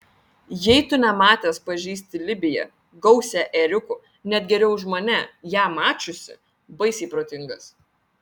jei tu nematęs pažįsti libiją gausią ėriukų net geriau už mane ją mačiusį baisiai protingas